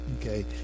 Okay